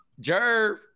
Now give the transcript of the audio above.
Jerv